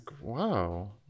wow